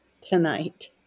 tonight